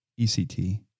ECT